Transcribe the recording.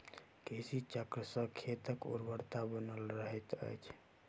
कृषि चक्र सॅ खेतक उर्वरता बनल रहैत अछि